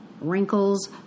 wrinkles